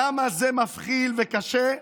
למה זה מבחיל וקשה,